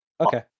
Okay